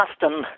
custom